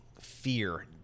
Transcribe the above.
fear